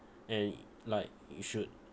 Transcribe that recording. and i~ like you should